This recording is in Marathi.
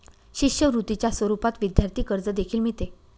शिष्यवृत्तीच्या स्वरूपात विद्यार्थी कर्ज देखील मिळते